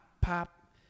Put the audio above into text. pop